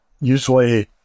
Usually